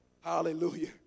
Hallelujah